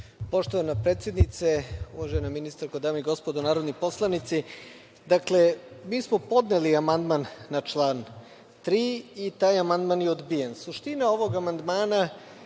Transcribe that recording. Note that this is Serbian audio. Poštovana predsednice, uvažena ministarko, dame i gospodo narodni poslanici, dakle mi smo podneli amandman na član 3. i taj amandman je odbijen. Suština ovog amandmana